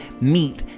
meet